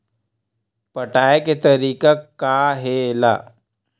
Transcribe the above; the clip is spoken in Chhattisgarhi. पटाय के तरीका का हे एला?